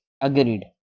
agreed